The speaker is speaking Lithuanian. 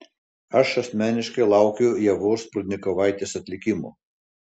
aš asmeniškai laukiu ievos prudnikovaitės atlikimo